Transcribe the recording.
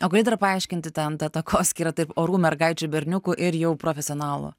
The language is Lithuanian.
o gali dar paaiškinti ten tą takoskyrą taip orų mergaičių berniukų ir jau profesionalų